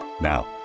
Now